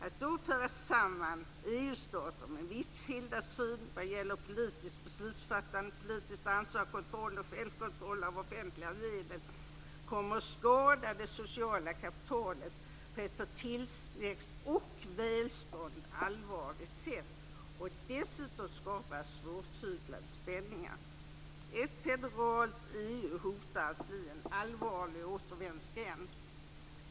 Att då föra samman EU-stater med vitt skild syn vad gäller politiskt beslutsfattande, politiskt ansvar, kontroll och självkontroll av offentliga medel kommer att skada det sociala kapitalet på ett för tillväxt och välstånd allvarligt sätt, och dessutom skapas svårtyglade spänningar. Ett federalt EU hotar att bli en allvarlig återvändsgränd.